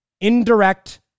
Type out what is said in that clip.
indirect